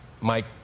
Mike